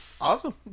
awesome